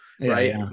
right